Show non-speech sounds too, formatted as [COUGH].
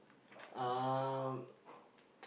um [NOISE]